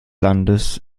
landes